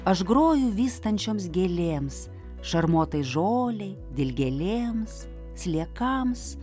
aš groju vystančioms gėlėms šarmotai žolei dilgėlėms sliekams